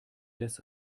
des